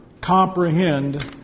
comprehend